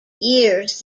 years